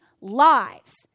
lives